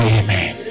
amen